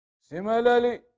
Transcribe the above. Similarly